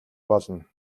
болно